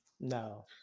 No